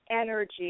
energy